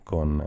Con